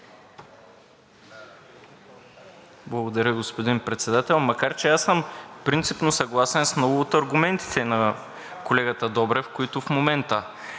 Благодаря, господин Председател. Макар че аз съм принципно съгласен с много от аргументите на колегата Добрев, които в момента